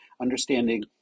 understanding